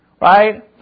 Right